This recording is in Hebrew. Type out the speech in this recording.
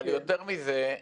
אבל יותר מזה,